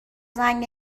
زنگ